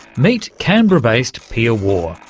meet canberra-based pia waugh,